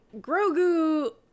Grogu